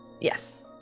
Yes